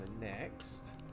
next